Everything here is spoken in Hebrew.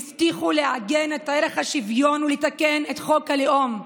הם הבטיחו לעגן את ערך השוויון ולתקן את חוק הלאום.